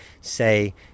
say